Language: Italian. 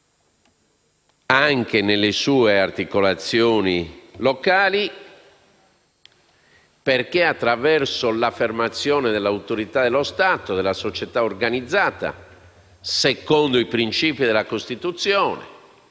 anche nelle sue articolazioni locali. Ed è proprio attraverso l'affermazione dell'autorità dello Stato e della società organizzata, secondo i principi della Costituzione,